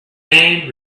man